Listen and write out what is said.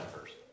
first